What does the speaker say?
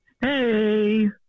Hey